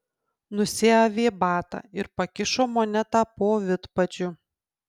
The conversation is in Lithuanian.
nusiavė batą ir pakišo monetą po vidpadžiu